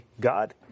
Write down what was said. God